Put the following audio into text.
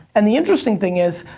and the interesting thing is,